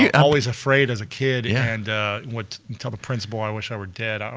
yeah always afraid as a kid and would tell the principal i wish i were dead. ah